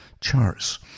charts